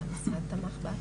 נכון.